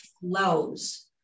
flows